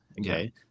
okay